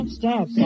stop